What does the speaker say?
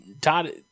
todd